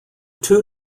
two